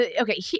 Okay